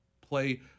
play